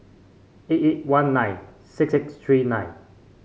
eight eight one nine six six three nine